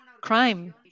crime